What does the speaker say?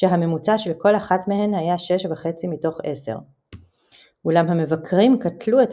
שהממוצע של כל אחת מהן היה 6.5/10. אולם המבקרים קטלו את